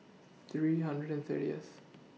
three hundred and thirtieth